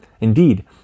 Indeed